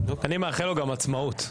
אני מאחל לו גם עצמאות.